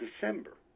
December